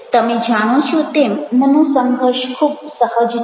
તમે જાણો છો તેમ મનોસંઘર્ષ ખૂબ સહજ છે